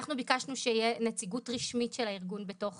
אנחנו ביקשנו שתהיה נציגות רשמית של הארגון בתוך